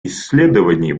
исследований